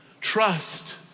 trust